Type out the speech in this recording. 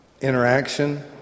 interaction